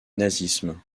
nazisme